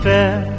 Fair